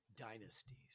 dynasties